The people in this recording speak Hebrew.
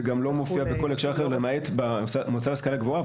זה גם לא מופיע בכל הקשר אחר למעט במועצה להשכלה גבוהה,